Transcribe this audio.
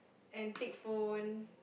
antique phone